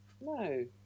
No